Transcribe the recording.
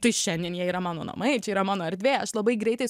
tai šiandien jie yra mano namai čia yra mano erdvė aš labai greitai